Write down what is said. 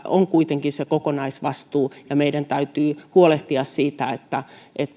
on kuitenkin se kokonaisvastuu ja meidän täytyy huolehtia siitä että